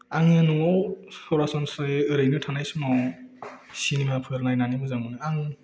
आङो न'आव सरासनस्रायै ओरैनो थानाय समाव सिनेमाफोर नायनानै मोजां मोनो आं